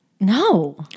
No